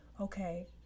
okay